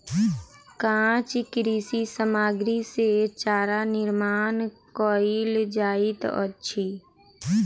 काँच कृषि सामग्री सॅ चारा निर्माण कयल जाइत अछि